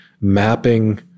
Mapping